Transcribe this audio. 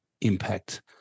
impact